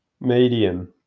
medium